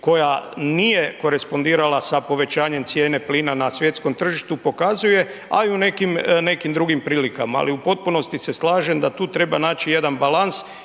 koja nije korespondirala sa povećanjem cijene plina na svjetskom tržištu pokazuje a i u nekim drugim prilikama. Ali u potpunosti se slažem da tu treba naći jedan balans